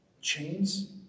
chains